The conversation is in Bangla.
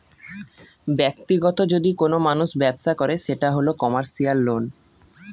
ব্যাক্তিগত যদি কোনো মানুষ ব্যবসা করে সেটা হল কমার্সিয়াল লোন